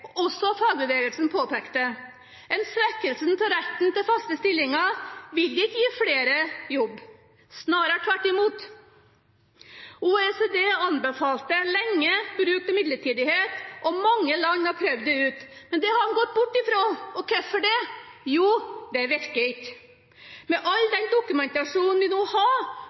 også fagbevegelsen, påpekte: En svekkelse av retten til faste stillinger vil ikke gi flere jobb, snarere tvert imot. OECD anbefalte lenge bruk av midlertidighet, og mange land har prøvd det ut, men det har man gått bort fra. Hvorfor det? Jo, fordi det ikke virker. Med all den dokumentasjonen vi nå har